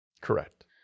Correct